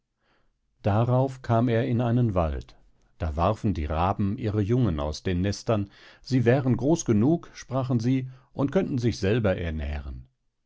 darauf kam er in einen wald da warfen die raben ihre jungen aus den nestern sie wären groß genug sprachen sie und könnten sich selber ernähren